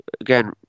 again